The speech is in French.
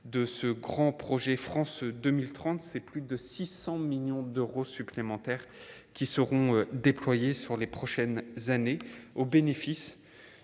de ce grand projet, France 2030, c'est plus de 600 millions d'euros supplémentaires qui seront déployés sur les prochaines années, au bénéfice